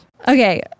Okay